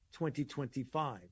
2025